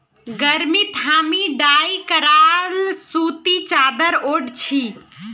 गर्मीत हामी डाई कराल सूती चादर ओढ़ छि